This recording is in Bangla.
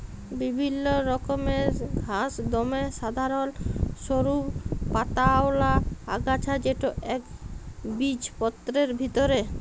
বিভিল্ল্য রকমের ঘাঁস দমে সাধারল সরু পাতাআওলা আগাছা যেট ইকবিজপত্রের ভিতরে